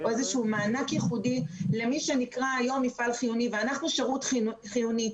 איזשהו מענק ייחודי למי שנקרא היום מפעל חיוני ואנחנו שירות חיוני.